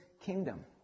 kingdom